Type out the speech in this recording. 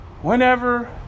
Whenever